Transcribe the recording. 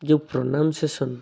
ଯେଉଁ ପ୍ରୋନାଉନସିଏସନ